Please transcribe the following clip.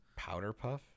Powderpuff